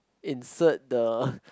insert the